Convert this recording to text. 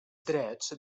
drets